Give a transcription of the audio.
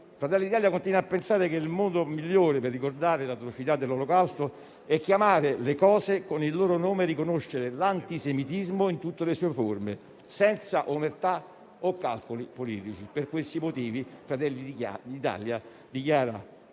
Fratelli d'Italia continua a pensare che il modo migliore per ricordare l'atrocità dell'Olocausto sia chiamare le cose con il loro nome e riconoscere l'antisemitismo in tutte le sue forme, senza omertà o calcoli politici. Per i motivi che ho appena citato, dichiaro